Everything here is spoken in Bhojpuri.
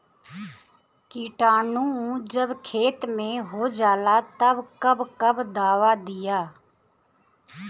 किटानु जब खेत मे होजाला तब कब कब दावा दिया?